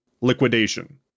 Liquidation